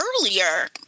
earlier